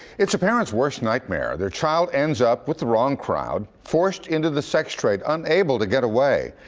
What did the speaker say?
it's a parent's worst nightmare. their child ends up with the wrong crowd, forced into the sex trade, unable to get away.